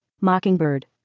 Mockingbird